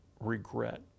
regret